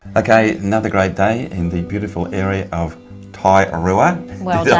okay, another great day in the beautiful area of tairua. well yeah